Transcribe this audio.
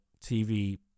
TV